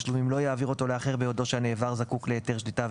תשלומים לא יעביר אותו לאחר ביודעו שהנעבר זקוק להיתר שליטה,